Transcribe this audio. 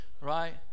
right